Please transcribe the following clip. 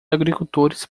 agricultores